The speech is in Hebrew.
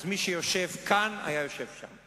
אז מי שיושב כאן היה יושב שם.